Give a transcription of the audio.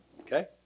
Okay